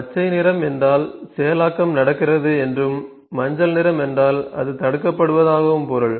பச்சை நிறம் என்றால் செயலாக்கம் நடக்கிறது என்றும் மஞ்சள் நிறம் என்றால் அது தடுக்கப்படுவதாகவும் பொருள்